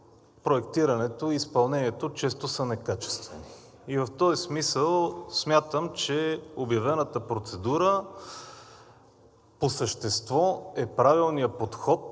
проектирането и изпълнението често са некачествени. И в този смисъл смятам, че обявената процедура по същество е правилният подход